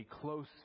close